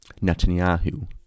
Netanyahu